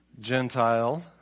Gentile